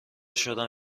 شدم